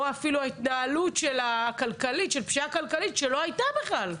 או אפילו את ההתנהלות הכלכלית של פשיעה כלכלית שלא הייתה בכלל.